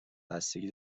بستگی